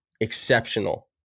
exceptional